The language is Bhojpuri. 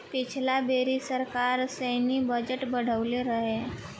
पिछला बेरी सरकार सैन्य बजट बढ़इले रहे